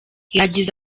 yagize